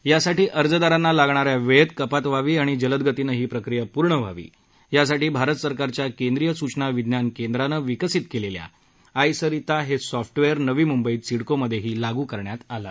यासाठी अर्जदारांना लागणाऱ्या वेळेत कपात व्हावी आणि जलद गतीनं ही प्रक्रीया पूर्ण व्हावी यासाठी भारत सरकारच्या केंद्रीय सूचना विज्ञान केंद्रानं विकसित केलेल्या आय सरिता हे सॉफ्टवेअर नवी मुंबईत सिडकोमध्येही लागू करण्यात आलं आहे